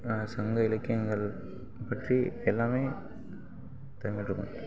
சங்க இலக்கியங்கள் பற்றி எல்லாமே இருக்கும்